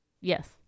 yes